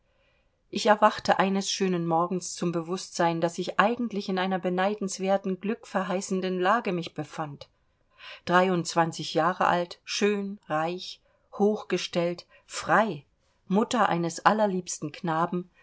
ich erwachte eines schönen morgens zum bewußtsein daß ich eigentlich in einer beneidenswerten glückverheißenden lage mich befand dreiundzwanzig jahre alt schön reich hochgestellt frei mutter eines allerliebsten knaben